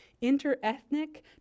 inter-ethnic